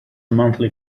monthly